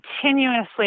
continuously